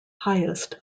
highest